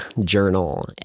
journal